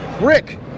Rick